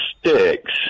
sticks